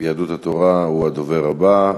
יהדות התורה, הוא הדובר הבא.